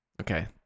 Okay